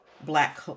Black